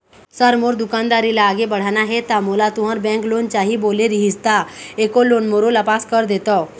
Sir मोर दुकानदारी ला आगे बढ़ाना हे ता मोला तुंहर बैंक लोन चाही बोले रीहिस ता एको लोन मोरोला पास कर देतव?